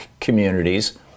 communities